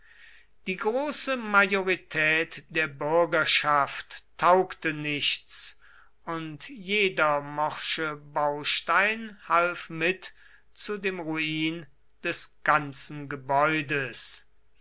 die große majorität der bürgerschaft taugte nichts und jeder morsche baustein half mit zu dem ruin des ganzen gebäudes